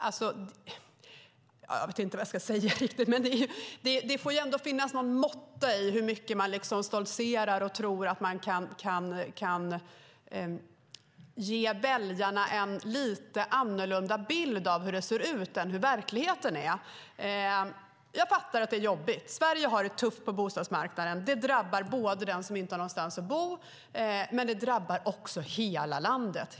Jag vet inte riktigt vad jag ska säga. Det får ju vara någon måtta på hur mycket ni stoltserar och tror att ni kan ge väljarna en lite annan bild av hur det ser ut än hur det är i verkligheten. Jag fattar att det är jobbigt. Sverige har det tufft på bostadsmarknaden. Det drabbar dem som inte har någonstans att bo, men det drabbar också hela landet.